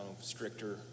stricter